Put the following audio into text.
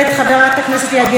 חברת הכנסת יעל גרמן,